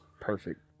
perfect